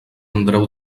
andreu